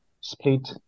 split